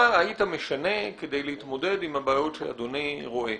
מה היית משנה כדי להתמודד עם הבעיות שאדוני רואה?